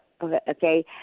okay